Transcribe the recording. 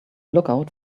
lookout